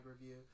Review